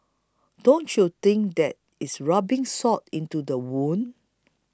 don't you think that is rubbing salt into the wound